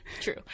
True